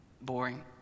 boring